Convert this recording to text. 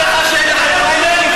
כואב לך שאין לכם פריימריז?